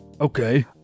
Okay